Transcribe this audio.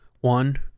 One